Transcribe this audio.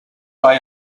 why